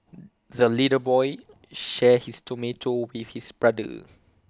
the little boy shared his tomato with his brother